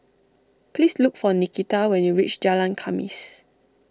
please look for Nikita when you reach Jalan Khamis